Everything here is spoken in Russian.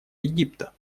египта